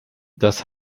das